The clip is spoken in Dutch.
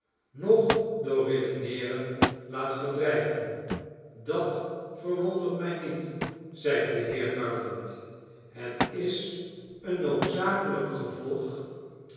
noch door redeneeren laat verdrijven dat verwondert mij niet zeide de heer garland het is een noodzakelijk gevolg